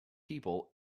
people